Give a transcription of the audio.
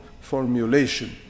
formulation